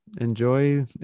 enjoy